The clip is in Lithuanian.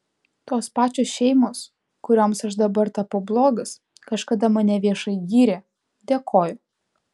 tos pačios šeimos kurioms aš dabar tapau blogas kažkada mane viešai gyrė dėkojo